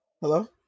Hello